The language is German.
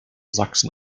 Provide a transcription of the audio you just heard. sachsen